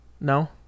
No